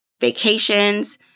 vacations